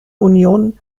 union